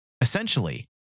essentially